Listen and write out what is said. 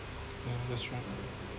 oh that's right